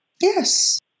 Yes